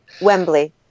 wembley